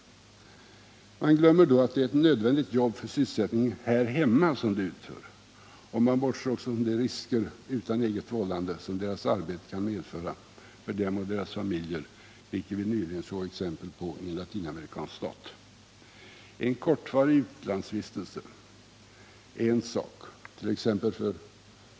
Man glömmer då att det är ett nödvändigt jobb för sysselsättningen här hemma som de utför, och man bortser också från de risker utan eget vållande som deras arbete kan medföra för dem och deras familjer, vilket vi nyligen såg ett exempel på i en latinamerikansk stat. En kortvarig utlandsvistelse fört.ex.